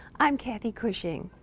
i'm cathy cushing.